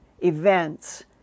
events